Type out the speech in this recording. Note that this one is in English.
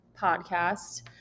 podcast